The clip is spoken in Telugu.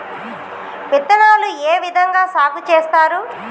విత్తనాలు ఏ విధంగా సాగు చేస్తారు?